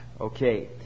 Okay